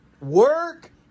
work